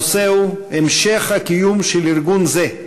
הנושא הוא המשך הקיום של ארגון זה,